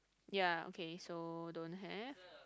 ya okay so don't have